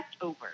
over